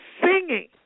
singing